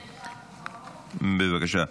בבקשה.